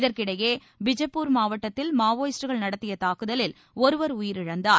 இதற்கிடையே பீஜப்பூர் மாவட்த்தில் மாவோயிஸ்டுகள் நடத்திய தாக்குதலில் ஒருவர் உயிர் இழந்தார்